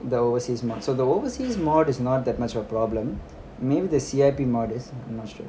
the overseas mod so the overseas mod is not that much a problem maybe the C_I_P is I'm not sure